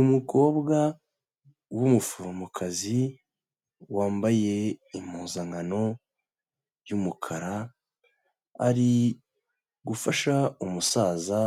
Umukobwa w'umuforomokazi wambaye impuzankano y'umukara, ari gufasha umusaza